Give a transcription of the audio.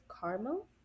caramel